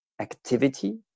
activity